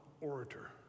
orator